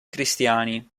cristiani